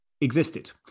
existed